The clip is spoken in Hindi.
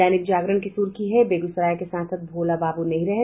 दैनिक जागरण की सुर्खी है बेगूसराय के सांसद भोला बाबू नहीं रहें